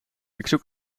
zoek